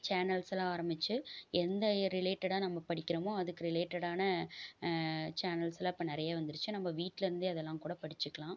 சேனல்ஸெல்லாம் ஆராமிச்சி எந்த ரிலேட்டடாக நம்ம படிக்கிறமோ அதுக்கு ரிலேட்டடான சேனல்ஸெல்லாம் இப்போ நிறைய வந்துருச்சு நம்ப வீட்லருந்தே அதெலாம் கூட படிச்சிக்கலாம்